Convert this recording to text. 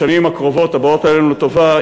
בשנים הקרובות הבאות עלינו לטובה,